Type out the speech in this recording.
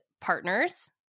partners